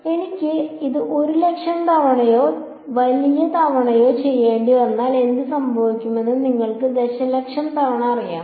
എനിക്ക് ഇത് 1 ലക്ഷം തവണയോ വലിയ തവണയോ ചെയ്യേണ്ടി വന്നാൽ എന്ത് സംഭവിക്കുമെന്ന് നിങ്ങൾക്ക് ദശലക്ഷം തവണ അറിയാമോ